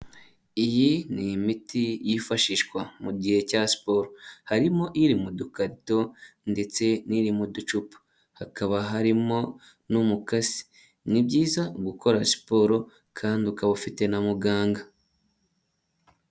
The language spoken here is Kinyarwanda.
Iyi ni imiti yifashishwa mu gihe cya siporo, harimo iri mu dukarito ndetse n'iri mu ducupa hakaba harimo n'umukasi, ni byiza gukora siporo kandi ukaba ufite na muganga.